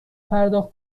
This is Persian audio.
پرداخت